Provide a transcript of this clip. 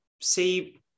see